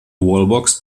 wallbox